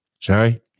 Sorry